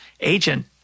agent